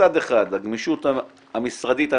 מצד אחד הגמישות המשרדית הממשלתית,